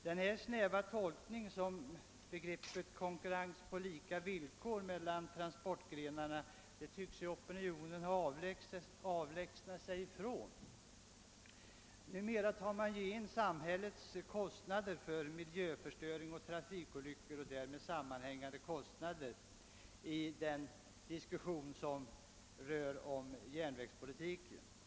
Den snäva tolkningen av begreppet konkurrens på lika villkor mellan transportgrenarna har opinionen tydligen avlägsnat sig från. Numera tar man ju in samhällets kostnader för miljöförstöring, trafikolyckor o.s.v. i den diskussion som rör järnvägspolitiken.